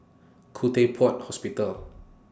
Khoo Teck Puat Hospital